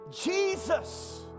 Jesus